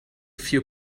few